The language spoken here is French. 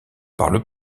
parle